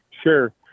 Sure